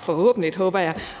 forhåbentlig.